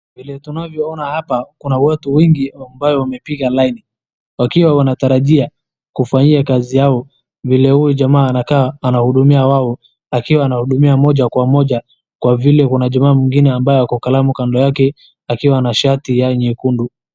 Vile tunavyoona hapa kuna watu wengi ambao wamepiga laini wakiwa, wanatarajia kufanyia kazi yao vile huyu jamaa anakaa anahudumia wao akiwa anahudumia mmoja kwa mmoja, kwa vile kuna jamaa mwingine ambaye akiwa na kalamu kando yake, akiwa na shati nyekundu.